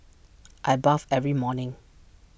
I bathe every morning